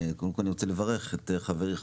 אני רוצה לברך את חברי,